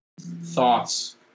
thoughts